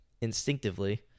instinctively